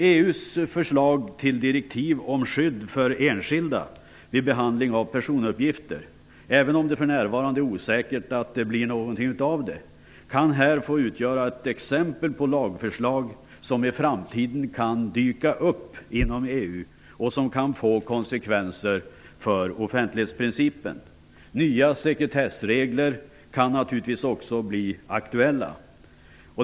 EU:s förslag till direktiv om skydd för enskilda vid behandling av personuppgifter, även om det för närvarande är osäkert om det blir något av det, kan här få utgöra ett exempel på lagförslag som i framtiden kan dyka upp inom EU och som kan få konsekvenser för offentlighetsprincipen. Nya sekretessregler kan naturligtvis också bli aktuella.